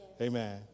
amen